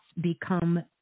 become